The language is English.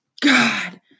God